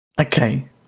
Okay